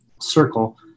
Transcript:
circle